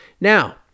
Now